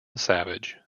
savage